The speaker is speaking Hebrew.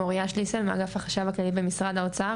מוריה שליסל מהאגף של החשב הכללי במשרד האוצר,